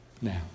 Now